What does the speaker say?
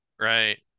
right